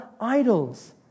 idols